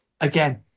again